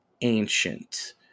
ancient